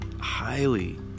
highly